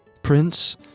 Prince